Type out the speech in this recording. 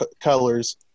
colors